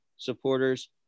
supporters